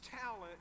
talent